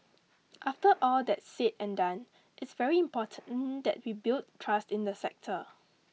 after all that's said and done it's very important that we build trust in the sector